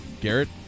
Garrett